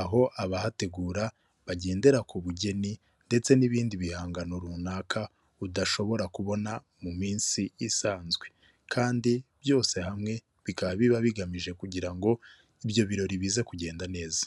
aho abahategura bagendera ku bugeni ndetse n'ibindi bihangano runaka udashobora kubona mu minsi isanzwe, kandi byose hamwe bikaba biba bigamije kugira ngo ibyo birori bize kugenda neza.